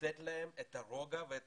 ולא רק